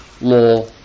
law